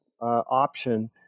option